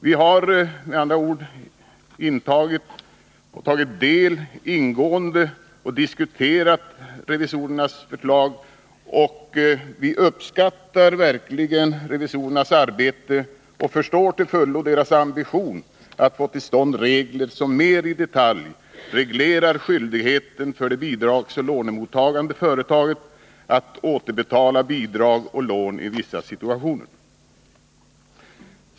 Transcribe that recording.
Vi har ingående tagit del av och diskuterat revisorernas förslag och uppskattar verkligen revisorernas arbete och förstår till fullo deras ambition att få till stånd regler som mer i detalj reglerar skyldigheten för det bidragsoch lånemottagande företaget att återbetala bidrag och lån i vissa situationer.